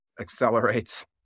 accelerates